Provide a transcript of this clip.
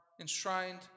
enshrined